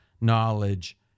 knowledge